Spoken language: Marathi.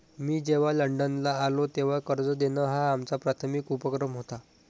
मी जेव्हा लंडनला आलो, तेव्हा कर्ज देणं हा आमचा प्राथमिक उपक्रम होता